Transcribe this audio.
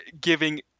giving